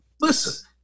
Listen